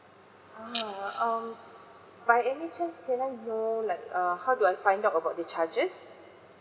ah um by any chance can I know like uh how do I find out about the charges